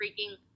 freaking